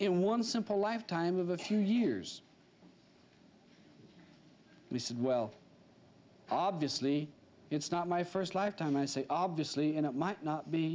in one simple lifetime of a few years we said well obviously it's not my first live time i say obviously and it might not be